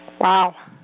Wow